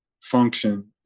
function